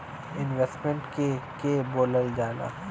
Investment के के बोलल जा ला?